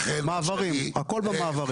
מעברים, הכול במעברים.